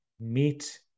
meet